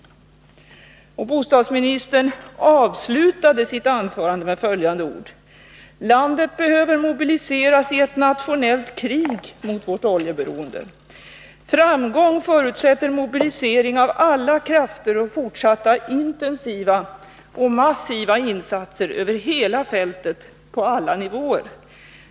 Bostadsministern avslutade sitt anförande med följande ord: ”Landet behöver mobiliseras i ett nationellt krig mot vårt oljeberoende. Framgång förutsätter mobilisering av alla krafter och fortsatta intensiva och massiva insatser över hela fältet — på alla nivåer.